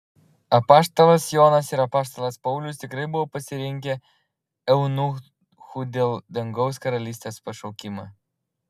apaštalas jonas ir apaštalas paulius tikrai buvo pasirinkę eunuchų dėl dangaus karalystės pašaukimą